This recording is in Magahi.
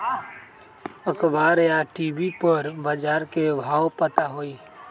अखबार या टी.वी पर बजार के भाव पता होई?